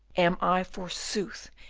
am i, forsooth,